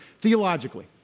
theologically